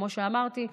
כמו שאמרתי,